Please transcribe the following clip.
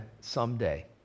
someday